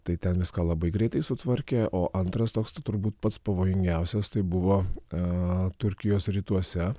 tai ten viską labai greitai sutvarkė o antras toks tai turbūt pats pavojingiausias tai buvo turkijos rytuose